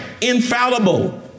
Infallible